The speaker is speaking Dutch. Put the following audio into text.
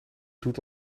doet